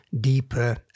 deeper